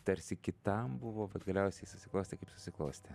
tarsi kitam buvo bet galiausiai susiklostė kaip susiklostė